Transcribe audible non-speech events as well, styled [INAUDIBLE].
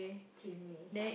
Chin-Wei [BREATH]